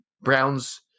Brown's